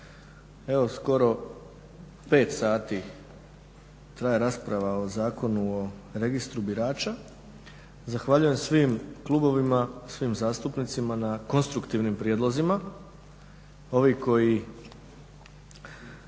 Evo skoro 5 sati traje rasprava o Zakonu o registru birača, zahvaljujem svim klubovima, svim zastupnicima na konstruktivnim prijedlozima. Ovi koji